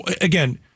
again